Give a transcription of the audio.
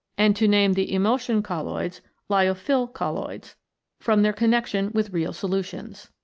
and to name the emulsion colloids lyophil colloids from their connection with real solutions.